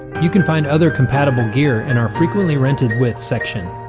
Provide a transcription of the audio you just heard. you can find other compatible gear in our frequently rented with section.